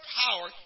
power